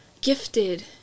gifted